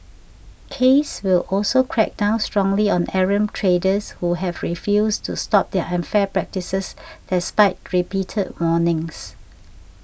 case will also crack down strongly on errant traders who have refused to stop their unfair practices despite repeated warnings